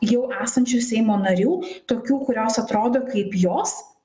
jau esančių seimo narių tokių kurios atrodo kaip jos